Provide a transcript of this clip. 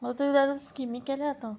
म्हाका तुका जाय स्किमी केल्या आतां